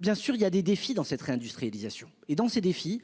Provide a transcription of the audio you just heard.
Bien sûr il y a des défis dans cette réindustrialisation et dans ces défis.